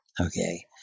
okay